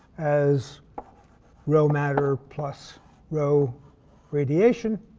as rho matter plus rho radiation.